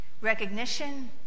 Recognition